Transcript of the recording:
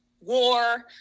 war